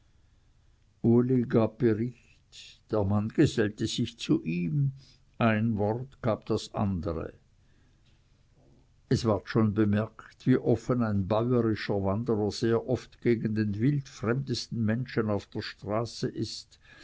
der mann gesellte sich zu ihm ein wort gab das andere es ward schon bemerkt wie offen ein bäuerischer wanderer sehr oft gegen den wildfremdesten menschen auf der straße ist